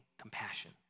compassion